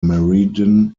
meriden